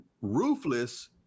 ruthless